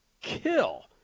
kill